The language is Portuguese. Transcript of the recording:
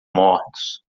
mortos